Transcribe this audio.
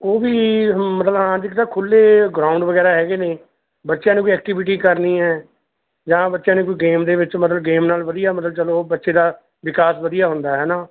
ਉਹ ਵੀ ਹ ਮਤਲਬ ਹਾਂ ਜੀ ਇੱਕ ਤਾਂ ਖੁੱਲ੍ਹੇ ਗਰਾਊਂਡ ਵਗੈਰਾ ਹੈਗੇ ਨੇ ਬੱਚਿਆਂ ਨੂੰ ਕੋਈ ਐਕਟੀਵਿਟੀ ਕਰਨੀ ਹੈ ਜਾਂ ਬੱਚਿਆਂ ਨੇ ਕੋਈ ਗੇਮ ਦੇ ਵਿੱਚ ਮਤਲਬ ਗੇਮ ਨਾਲ ਵਧੀਆ ਮਤਲਬ ਚਲੋ ਬੱਚੇ ਦਾ ਵਿਕਾਸ ਵਧੀਆ ਹੁੰਦਾ ਹੈ ਨਾ